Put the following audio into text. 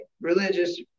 religious